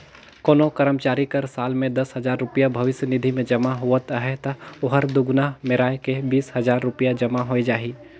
कोनो करमचारी कर साल में दस हजार रूपिया भविस निधि में जमा होवत अहे ता ओहर दुगुना मेराए के बीस हजार रूपिया जमा होए जाही